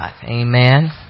Amen